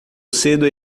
cedo